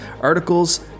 articles